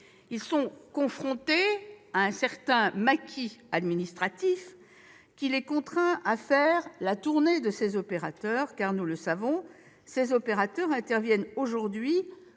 ils sont confrontés à un certain maquis administratif, qui les contraint à « faire la tournée » de ces opérateurs, qui, nous le savons, interviennent aujourd'hui